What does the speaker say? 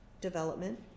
development